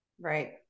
Right